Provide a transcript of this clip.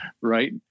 right